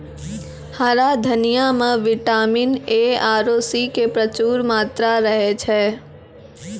हरा धनिया मॅ विटामिन ए आरो सी के प्रचूर मात्रा रहै छै